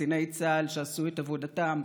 קציני צה"ל שעשו את עבודתם,